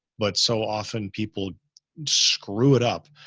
but so often people screw it up.